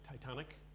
Titanic